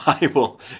Bible